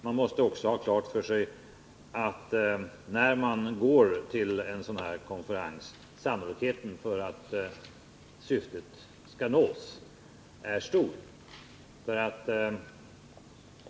"Man måste också ha klart för sig att när man går till en sådan här konferens sannolikheten för att syftet skall nås är stor.